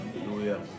hallelujah